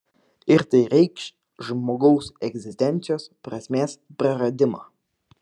ir tai reikš žmogaus egzistencijos prasmės praradimą